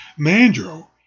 Mandro